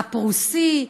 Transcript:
הפרוסי?